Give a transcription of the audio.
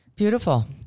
Beautiful